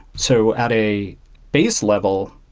so, at a base level,